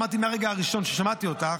אמרתי מהרגע הראשון ששמעתי אותה,